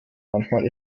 manchmal